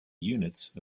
units